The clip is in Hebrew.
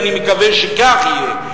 אני מקווה שכך יהיה.